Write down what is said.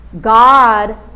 God